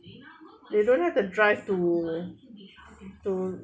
they don't have the drive to to